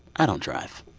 i don't drive.